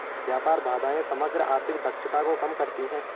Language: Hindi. व्यापार बाधाएं समग्र आर्थिक दक्षता को कम करती हैं